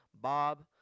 Bob